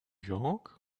york